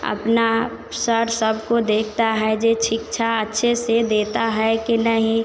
अपना सर सबको देखता है जे शिक्षा अच्छे से देता है कि नहीं